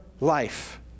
life